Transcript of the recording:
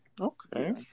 okay